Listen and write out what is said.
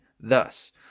Thus